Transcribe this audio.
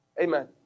Amen